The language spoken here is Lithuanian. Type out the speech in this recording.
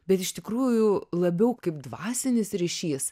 bet iš tikrųjų labiau kaip dvasinis ryšys